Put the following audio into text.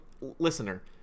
listener